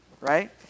right